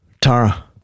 Tara